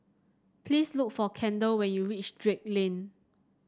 please look for Kendal when you reach Drake Lane